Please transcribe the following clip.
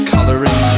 Coloring